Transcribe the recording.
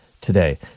today